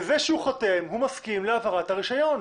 בזה שהוא חותם, הוא מסכים להעברת הרישיון.